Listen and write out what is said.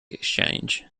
exchange